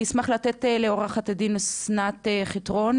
אני אשמח לתת את זכות הדיבור לעוה"ד אוסנת חיטרון,